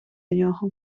нього